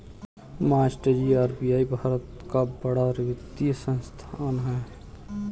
मास्टरजी आर.बी.आई भारत का बड़ा वित्तीय संस्थान है